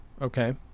Okay